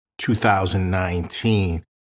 2019